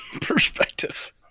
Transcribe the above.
perspective